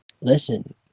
listen